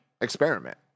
experiment